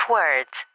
Words